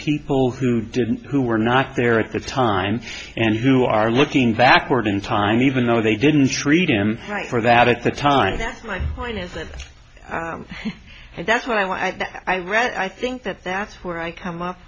people who didn't who were not there at the time and who are looking backward in time even though they didn't treat him right for that at the time my point is that that's what i want i read i think that that's where i come up